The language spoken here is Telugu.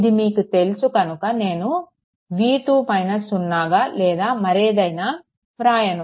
ఇది మీకు తెలుసు కనుక నేను v2 - 0 గా లేదా మరేదైనా వ్రాయను